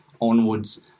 onwards